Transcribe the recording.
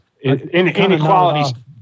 inequalities